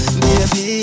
baby